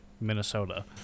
Minnesota